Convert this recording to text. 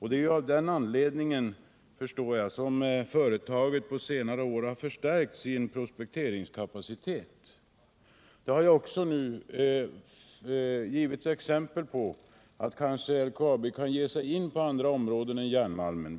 Det är av den anledningen, förstår jag, som företaget på senare år har förstärkt sin prospekteringskapacitet. Det har också nu getts exempel som visar att LKAB kanske kan ge sig in på andra områden än järnmalmen.